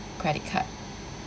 credit card